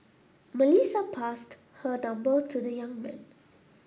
Melissa passed her number to the young man